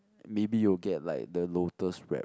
maybe you will get like the lotus wrap